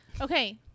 Okay